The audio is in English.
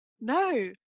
no